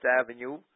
Avenue